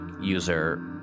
user